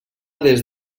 des